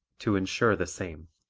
to insure the same.